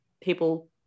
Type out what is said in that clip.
people